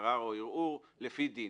ערר או ערעור לפי דין.